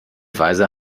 weise